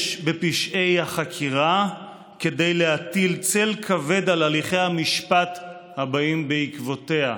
יש בפשעי החקירה כדי להטיל צל כבד על הליכי המשפט הבאים בעקבותיה,